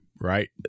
right